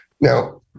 Now